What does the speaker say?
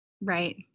right